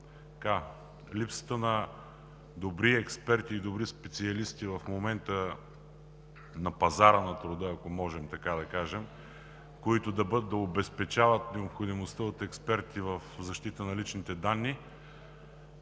с липсата на добри експерти и добри специалисти в момента на пазара на труда, ако можем така да кажем, които да обезпечават необходимостта от експерти в защита на личните данни,